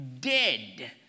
dead